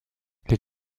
les